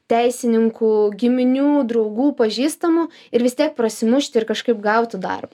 teisininkų giminių draugų pažįstamų ir vis tiek prasimušti ir kažkaip gauti darbą